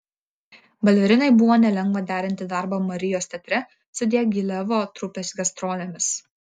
balerinai buvo nelengva derinti darbą marijos teatre su diagilevo trupės gastrolėmis